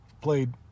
played